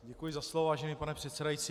Děkuji za slovo, vážený pane předsedající.